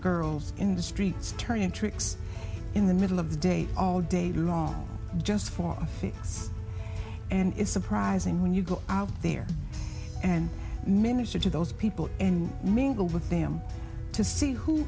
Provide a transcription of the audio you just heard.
girls in the streets turning tricks in the middle of the day all day long just for a fee and it's surprising when you go out there and minister to those people and mingle with them to see